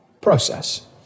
process